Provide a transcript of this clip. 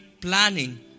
planning